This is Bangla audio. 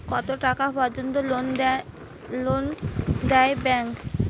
কত টাকা পর্যন্ত লোন দেয় ব্যাংক?